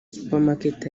supermarket